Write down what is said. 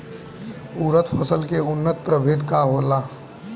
उरद फसल के उन्नत प्रभेद का होला?